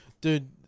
dude